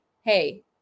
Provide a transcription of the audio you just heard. hey